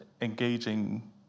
engaging